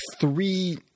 three